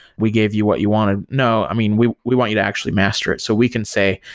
we gave you what you want. ah no. i mean, we we want you to actually master it. so we can say,